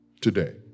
today